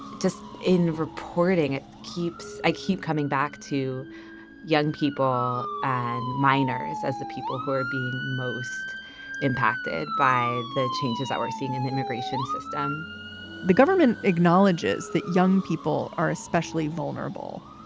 just in reporting, it keeps i keep coming back to young people and minors as the people who are being most impacted by the changes that we're seeing in the immigration system the government acknowledges that young people are especially vulnerable.